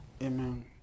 Amen